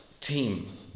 team